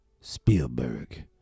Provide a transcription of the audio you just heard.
Spielberg